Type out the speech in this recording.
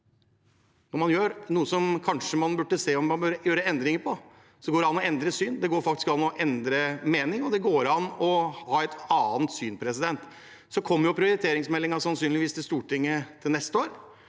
Om man gjør noe som man kanskje ser at man burde gjøre endringer på, så går det an å endre syn. Det går faktisk an å endre mening, og det går an å ha et annet syn. Så kommer prioriteringsmeldingen sannsynligvis til Stortinget neste år,